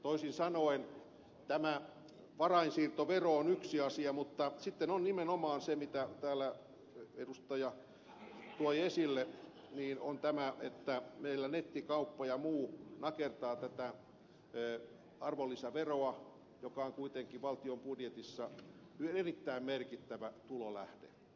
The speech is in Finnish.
toisin sanoen tämä varainsiirtovero on yksi asia mutta sitten on nimenomaan se mitä täällä edustaja toi esille että meillä nettikauppa ja muu nakertaa tätä arvonlisäveroa joka on kuitenkin valtion budjetissa erittäin merkittävä tulonlähde